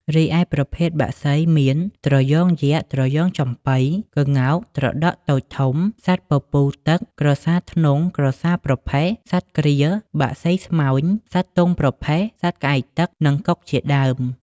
រីឯប្រភេទបក្សីមាន ត្រយងយក្ស ត្រយងចំប៉ី ក្ងោក ត្រដក់តូចធំ សត្វពពូលទឹក ក្រសារធ្នង់ ក្រសារប្រផេះ សត្វក្រៀល បក្សីស្មោញ សត្វទុងប្រផេះ សត្វក្អែកទឹក និងកុកជាដើម។